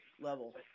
level